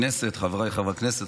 חבריי חברי הכנסת,